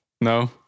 No